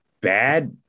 bad